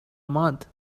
month